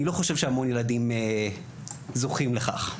אני לא חושב שהמון ילדים זוכים לכך.